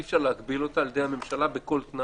אי אפשר להגביל אותה על ידי הממשלה בכל תנאי,